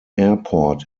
airport